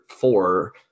four